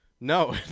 No